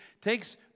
takes